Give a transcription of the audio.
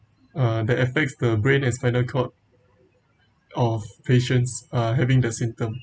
uh that affects the brain and spinal cord of patients uh having the symptom